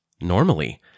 normally